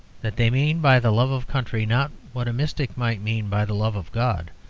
that they mean by the love of country, not what a mystic might mean by the love of god,